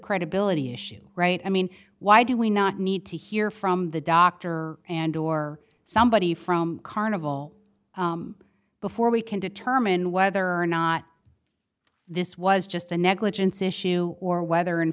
credibility issue right i mean why do we not need to hear from the doctor and or somebody from carnival before we can determine whether or not this was just a negligence issue or whether in